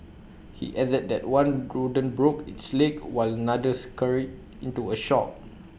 he added that one rodent broke its leg while another scurried into A shop